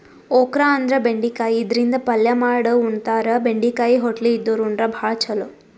okra ಅಂದ್ರ ಬೆಂಡಿಕಾಯಿ ಇದರಿಂದ ಪಲ್ಯ ಮಾಡ್ ಉಣತಾರ, ಬೆಂಡಿಕಾಯಿ ಹೊಟ್ಲಿ ಇದ್ದೋರ್ ಉಂಡ್ರ ಭಾಳ್ ಛಲೋ